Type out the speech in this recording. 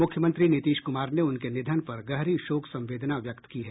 मुख्यमंत्री नीतीश कुमार ने उनके निधन पर ग़हरी शोक संवेदना व्यक्त की है